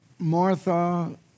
Martha